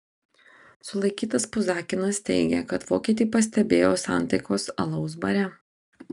sulaikytas puzakinas teigė kad vokietį pastebėjo santaikos alaus bare